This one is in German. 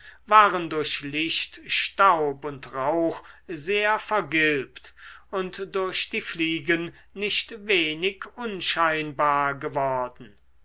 waren durch licht staub und rauch sehr vergilbt und durch die fliegen nicht wenig unscheinbar geworden